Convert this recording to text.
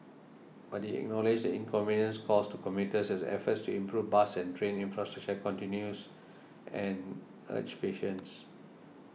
but he acknowledged the inconvenience caused to commuters as efforts to improve bus and train infrastructure continue and urged patience